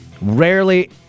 Rarely